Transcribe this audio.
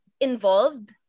involved